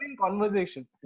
conversation